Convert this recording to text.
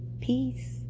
Peace